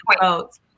votes